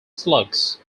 slugs